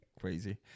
crazy